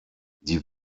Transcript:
die